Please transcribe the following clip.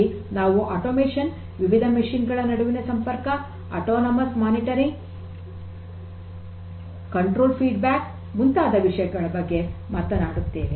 0ನಲ್ಲಿ ನಾವು ಯಾಂತ್ರೀಕೃತಗೊಂಡ ವಿವಿಧ ಮಷೀನ್ ಗಳ ನಡುವಿನ ಸಂಪರ್ಕ autonomous monitoring control feedback ಮುಂತಾದ ವಿಷಯಗಳ ಬಗ್ಗೆ ಮಾತನಾಡುತ್ತೇವೆ